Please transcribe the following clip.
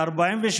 תודה רבה,